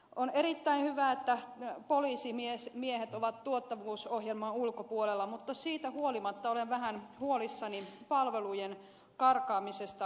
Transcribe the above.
on erittäin hyvä että poliisimiehet ovat tuottavuusohjelman ulkopuolella mutta siitä huolimatta olen vähän huolissani palvelujen karkaamisesta maaseudulta